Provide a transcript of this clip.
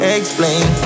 explain